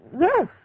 Yes